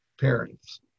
parents